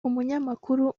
umunyamakuru